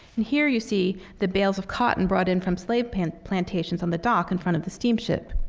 and here you see the bales of cotton brought in from slave and plantations on the dock in front of the steamship.